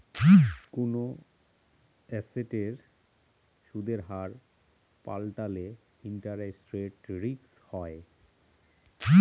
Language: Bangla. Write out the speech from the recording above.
কোনো এসেটের সুদের হার পাল্টালে ইন্টারেস্ট রেট রিস্ক হয়